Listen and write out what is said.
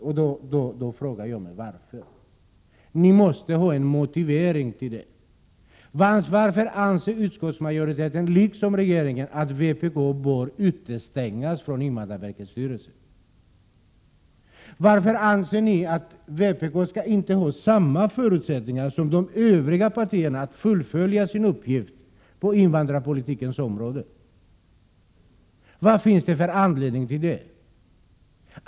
Jag frågar mig varför. Ni måste ha en motivering. Varför anser utskottsmajoriteten, liksom regeringen, att vpk bör utestängas från invandrarverkets styrelse? Varför anser ni att vpk inte skall ha samma förutsättningar som de övriga partierna att fullfölja sin uppgift på invandrarpolitikens område? Vad finns det för anledning till ett sådant ställningstagande?